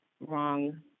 wrong